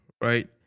right